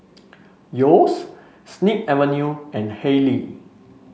Yeo's Snip Avenue and Haylee